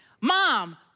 Mom